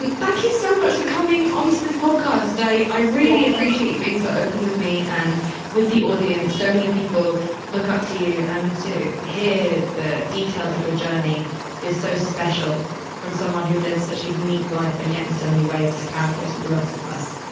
and thank you so much for coming onto this podcast. i i really appreciate you being so with me and with the audience. so many people look up to you and to hear the details of your journey is so special from someone who lives such a unique life and yet in so many ways has parallels with the rest of us.